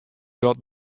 dat